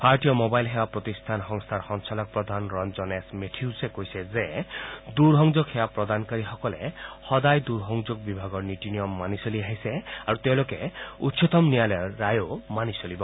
ভাৰতীয় ম'বাইল সেৱা প্ৰতিষ্ঠান সংস্থাৰ সঞ্চালক প্ৰধান ৰঞ্জন এছ মেথিউচে কৈছে যে দূৰসংযোগ সেৱা প্ৰদানকাৰীসকলে সদায় দূৰ সংযোগ বিভাগৰ নীতি নিয়ম মানি চলি আহিছে আৰু তেওঁলোকে উচ্চতম ন্যায়ালয়ৰ ৰায়ো মানি চলিব